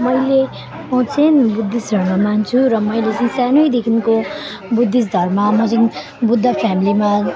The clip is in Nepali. मैले म चाहिँ बुद्धिस्ट धर्म मान्छु र मैले चाहिँ सानैदेखिको बुद्धिस्ट धर्म म चाहिँ बुद्ध फ्यामिलीमा